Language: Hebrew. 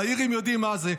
האירים יודעים מה זה.